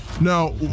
Now